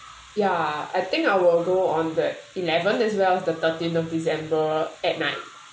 ya I think I will go on the eleven as well the thirteenth december at night